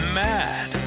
mad